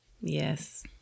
yes